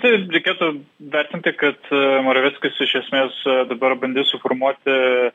tai reikėtų vertinti kad moraveckis iš esmės dabar bandys suformuoti